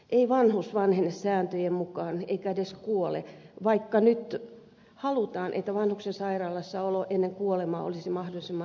ei vanhus vanhene sääntöjen mukaan eikä edes kuole vaikka nyt halutaan että vanhuksen sairaalassaoloaika ennen kuolemaa olisi mahdollisimman lyhyt